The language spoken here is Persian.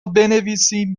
بنویسیم